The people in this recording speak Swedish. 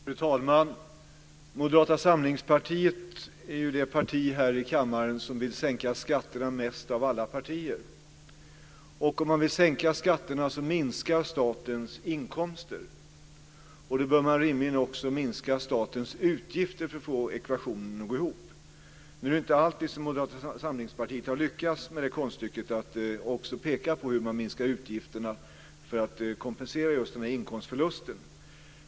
Fru talman! Moderata samlingspartiet är ju det parti här i kammaren som vill sänka skatterna mest av alla partier. Om man vill sänka skatterna minskar statens inkomster. Då bör man rimligen också minska statens utgifter för att få ekvationen att gå ihop. Nu är det inte alltid som Moderata samlingspartiet har lyckats med konststycket att också peka på hur man minskar utgifterna för att kompensera den här inkomstförlusten.